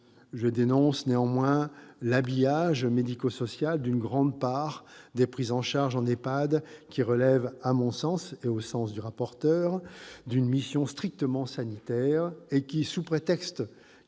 Je dénonce néanmoins l'habillage médico-social d'une grande part des prises en charge en EHPAD, qui relèvent à mon sens, et comme le pense également M. le rapporteur, d'une mission strictement sanitaire et qui, sous prétexte